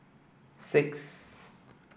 six